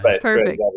perfect